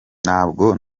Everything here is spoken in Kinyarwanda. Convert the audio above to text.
ntabwo